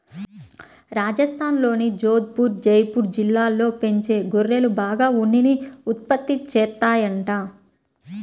రాజస్థాన్లోని జోధపుర్, జైపూర్ జిల్లాల్లో పెంచే గొర్రెలు బాగా ఉన్నిని ఉత్పత్తి చేత్తాయంట